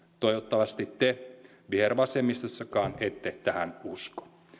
toivottavasti te vihervasemmistossakaan ette tähän usko